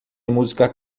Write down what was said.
música